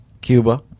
Cuba